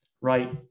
Right